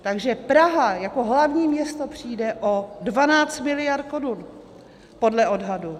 Takže Praha jako hlavní město přijde o 12 miliard korun podle odhadu.